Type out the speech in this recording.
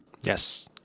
Yes